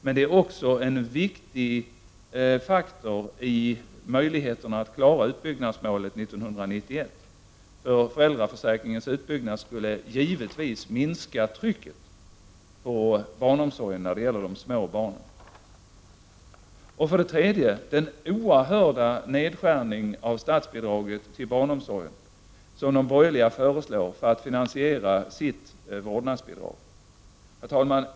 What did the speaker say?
Men den är också en viktig faktor när det gäller möjligheterna att klara utbyggnadsmålet full behovstäckning 1991. En utbyggnad av föräldraförsäkringen skulle givetvis minska trycket på barnomsorg för de små barnen. De borgerliga föreslår en oerhörd nedskärning av statsbidraget till barnomsorgen för att finansiera sitt vårdnadsbidrag.